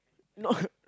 not